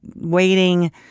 waiting